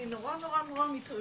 אני נורא נורא נורא מתרגשת.